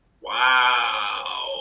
Wow